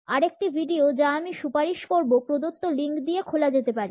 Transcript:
আরেকটি ভিডিও যা আমি সুপারিশ করব প্রদত্ত লিঙ্ক দিয়ে খোলা যেতে পারে